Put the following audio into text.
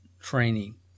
training